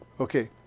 Okay